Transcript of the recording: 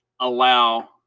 allow